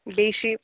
بیٚیہِ چھُ